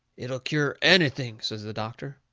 it'll cure anything, says the doctor.